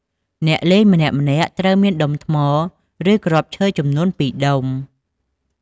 អ្នកលេងម្នាក់ៗត្រូវមាន ដុំថ្ម (ឬគ្រាប់ឈើ) ចំនួន ២ ដុំ។